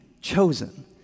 chosen